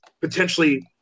potentially